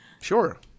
Sure